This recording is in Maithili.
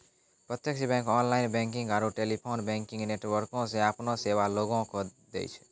प्रत्यक्ष बैंक ऑनलाइन बैंकिंग आरू टेलीफोन बैंकिंग नेटवर्को से अपनो सेबा लोगो के दै छै